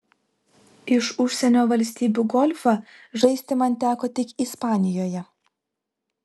iš užsienio valstybių golfą žaisti man teko tik ispanijoje